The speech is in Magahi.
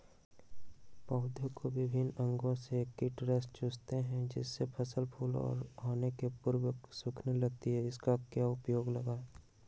पौधे के विभिन्न अंगों से कीट रस चूसते हैं जिससे फसल फूल आने के पूर्व सूखने लगती है इसका क्या उपाय लगाएं?